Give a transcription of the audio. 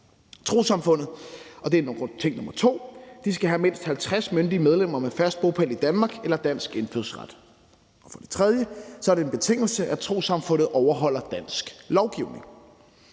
trossamfundet have mindst 50 myndige medlemmer med fast bopæl i Danmark eller dansk indfødsret. For det tredje er det en betingelse, at trossamfundet overholder dansk lovgivning.